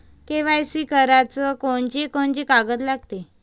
KYC कराच कोनचे कोनचे कागद लागते?